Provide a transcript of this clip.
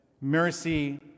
mercy